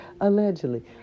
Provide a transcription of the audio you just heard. Allegedly